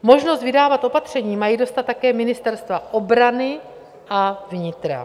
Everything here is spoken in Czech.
Možnost vydávat opatření mají dostat také ministerstva obrany a vnitra.